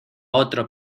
otro